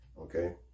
Okay